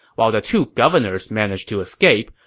while the two governors managed to escape,